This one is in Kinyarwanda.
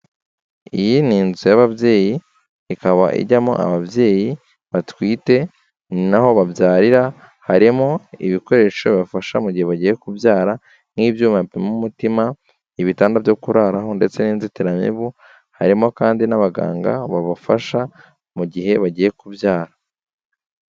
Iyi ni inzu y'ababyeyi ikaba ijyamo ababyeyi batwite, ni naho babyarira, harimo ibikoresho bibafasha mu gihe bagiye kubyara, nk'ibyuma bapima umutima, ibitanda byo kuraraho ndetse n'inzitiramibu, harimo kandi n'abaganga babafasha mu gihe bagiye kubyara.